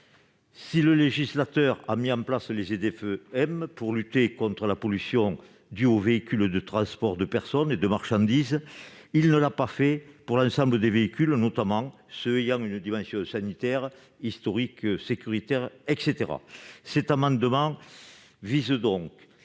Le législateur a mis en place les ZFE-m pour lutter contre la pollution due aux véhicules de transport de personnes et de marchandises, mais pas des véhicules ayant une dimension sanitaire, historique, sécuritaire, etc. Cet amendement vise donc